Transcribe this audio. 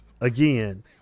again